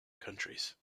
countries